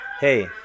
Hey